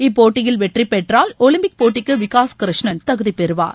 இப்போட்டியில் வெற்றி பெற்றால் ஒலிம்பிக் போட்டிக்கு விகாஸ் கிருஷ்ணன் தகுதி பெறுவார்